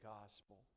gospel